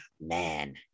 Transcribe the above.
man